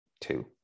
two